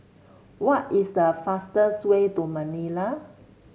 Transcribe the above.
what is the fastest way to Manila